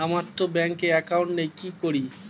আমারতো ব্যাংকে একাউন্ট নেই কি করি?